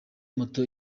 moto